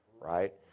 right